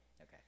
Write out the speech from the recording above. Okay